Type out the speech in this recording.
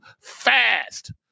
Fast